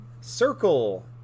Circle